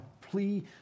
plea